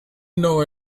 know